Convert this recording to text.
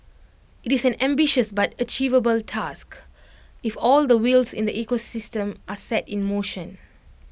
IT is an ambitious but achievable task if all the wheels in the ecosystem are set in motion